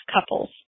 couples